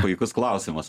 puikus klausimas